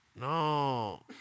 no